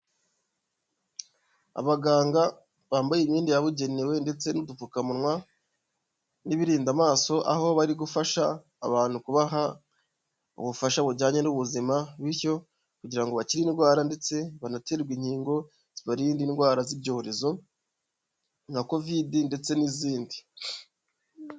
Abaganga bambaye imyenda yabugenewe ndetse n'udupfukamunwa n'ibirinda amaso, aho bari gufasha abantu kubaha ubufasha bujyanye n'ubuzima bityo kugira ngo bakire indwara ndetse banaterwa inkingo zibarinda indwara z'ibyorezo nka covidI ndetse n'izindi.